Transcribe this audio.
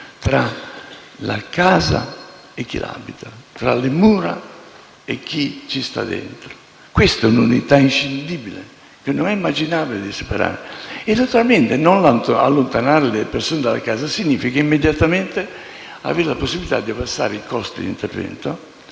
tra la casa e chi la abita, tra le mura e chi ci sta dentro. È un'unità inscindibile e non è immaginabile separarle. Non allontanare le persone dalla casa significa immediatamente avere la possibilità di abbassare i costi di intervento: